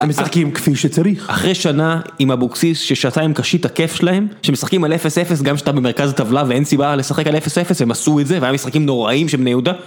הם משחקים כפי שצריך. אחרי שנה עם אבוקסיס ששתה עם קשית הכיף שלהם, שמשחקים על אפס אפס גם כשאתה במרכז הטבלה ואין סיבה לשחק על אפס אפס, הם עשו את זה והם משחקים נוראים של בני יהודה